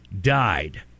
died